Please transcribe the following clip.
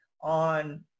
on